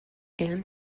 and